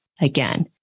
again